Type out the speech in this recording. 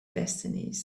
destinies